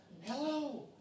hello